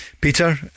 Peter